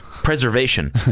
Preservation